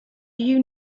you